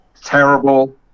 terrible